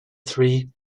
three